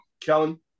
Kellen